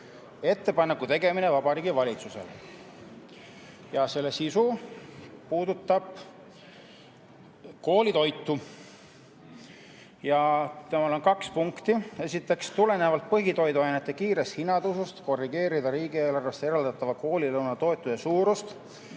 "Ettepaneku tegemine Vabariigi Valitsusele". Selle sisu puudutab koolitoitu. Ja sellel on kaks punkti: "1. Tulenevalt põhitoiduainete kiirest hinnatõusust korrigeerida riigieelarvest eraldatava koolilõuna toetuse suurust